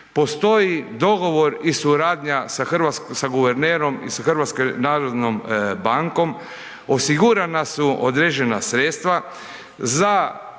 postoji dogovor i suradnja sa guvernerom i HNB-om, osigurana su određena sredstva za